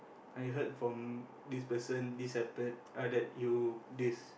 I heard from this person this happen and that you this